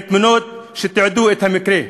מתמונות שתיעדו את המקרה,